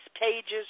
pages